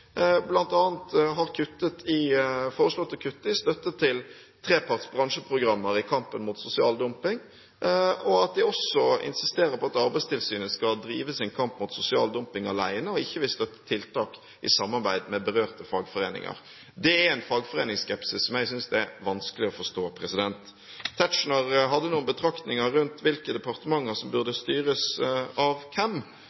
har foreslått å kutte i støtte til treparts bransjeprogrammer i kampen mot sosial dumping, og at de også insisterer på at Arbeidstilsynet skal drive sin kamp mot sosial dumping alene, og at de ikke vil støtte tiltak i samarbeid med berørte fagforeninger. Det er en fagforeningsskepsis som jeg synes det er vanskelig å forstå. Tetzschner hadde noen betraktninger rundt hvilke departementer som